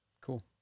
Cool